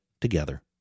together